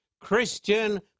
Christian